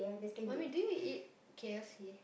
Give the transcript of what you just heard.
mummy do you eat K_F_C